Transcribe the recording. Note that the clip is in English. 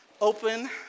open